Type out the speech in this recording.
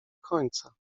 końca